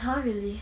!huh! really